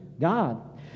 God